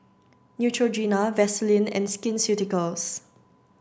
Neutrogena Vaselin and Skin Ceuticals